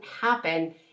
happen